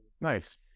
Nice